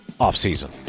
offseason